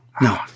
No